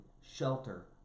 shelter